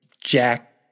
Jack